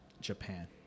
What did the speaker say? Japan